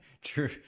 true